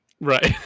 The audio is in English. Right